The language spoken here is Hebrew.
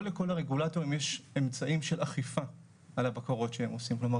לא לכל הרגולטורים יש אמצעים של אכיפה על הבקרות שהם עושים כלומר,